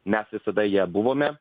mes visada ja buvome